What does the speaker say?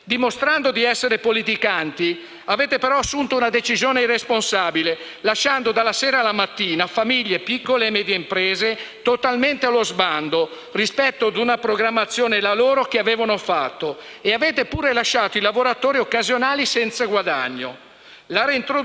totalmente allo sbando rispetto a una programmazione - la loro - che avevano fatto. E avete pure lasciato i lavoratori occasionali senza guadagno. La reintroduzione dei nuovi *voucher* va sicuramente incontro alle esigenze delle piccole e medie imprese e delle famiglie, e come Lega l'abbiamo sostenuta,